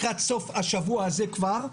לקראת סוף השבוע הזה הקרוב כבר,